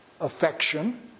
affection